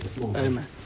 Amen